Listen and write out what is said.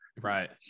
right